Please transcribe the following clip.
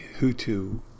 Hutu